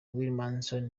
williamson